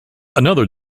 another